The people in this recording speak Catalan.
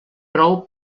prou